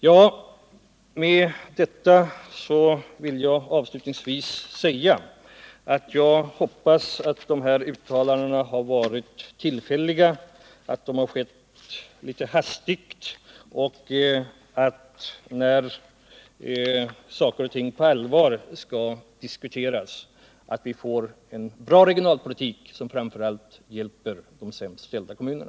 Jag vill avslutningsvis säga att jag hoppas att de uttalanden som gjorts av olika företrädare för regeringen har varit tillfälliga och har skett litet hastigt och, när saker och ting på allvar skall diskuteras, att vi får en bra regionalpolitik som framför allt hjälper de sämst ställda kommunerna.